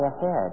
ahead